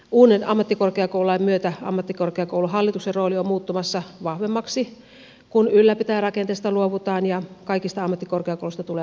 uuden ammattikorkeakoululain myötä ammattikorkeakouluhallituksen rooli on muuttumassa vahvemmaksi kun ylläpitäjän rakenteesta luovutaan ja kaikista ammattikorkeakouluista tulee osakeyhtiöitä